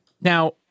Now